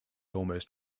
almost